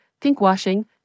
pinkwashing